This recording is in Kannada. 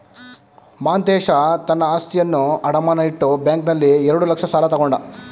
ಮಾಂತೇಶ ತನ್ನ ಆಸ್ತಿಯನ್ನು ಅಡಮಾನ ಇಟ್ಟು ಬ್ಯಾಂಕ್ನಲ್ಲಿ ಎರಡು ಲಕ್ಷ ಸಾಲ ತಕ್ಕೊಂಡ